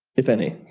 if any?